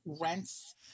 rents